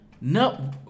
No